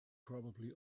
probably